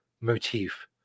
motif